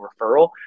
referral